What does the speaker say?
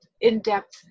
in-depth